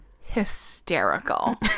hysterical